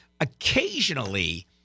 Occasionally